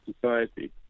society